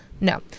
No